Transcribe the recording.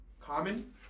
common